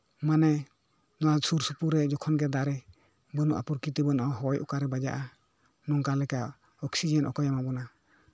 ᱢᱟᱱᱮ ᱱᱚᱣᱟ ᱥᱩᱨ ᱥᱩᱯᱯᱩᱨ ᱨᱮ ᱡᱚᱠᱷᱚᱱ ᱜᱮ ᱫᱟᱨᱮ ᱵᱟᱹᱱᱩᱜᱼᱟ ᱯᱨᱚᱠᱤᱛᱤ ᱵᱟᱹᱱᱩᱜᱼᱟ ᱦᱚᱭ ᱚᱠᱟᱨᱮ ᱵᱟᱡᱟᱜᱼᱟ ᱱᱚᱝᱠᱟ ᱞᱮᱠᱟ ᱚᱠᱥᱤᱡᱮᱱ ᱚᱠᱭᱮ ᱮᱢᱟ ᱵᱚᱱᱟ